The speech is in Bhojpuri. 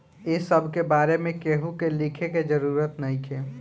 ए सब के बारे में केहू के लिखे के जरूरत नइखे